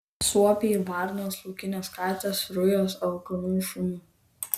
suopiai varnos laukinės katės rujos alkanų šunų